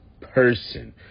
person